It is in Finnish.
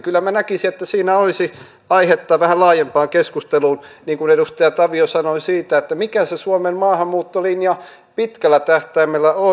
kyllä minä näkisin että siinä olisi aihetta vähän laajempaan keskusteluun niin kuin edustaja tavio sanoi siitä mikä se suomen maahanmuuttolinja pitkällä tähtäimellä on